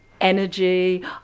energy